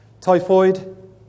typhoid